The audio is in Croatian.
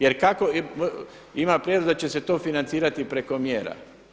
Jer kako, ima prijedlog da će se to financirati preko mjera.